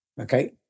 Okay